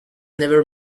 never